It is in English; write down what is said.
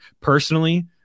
Personally